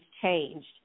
changed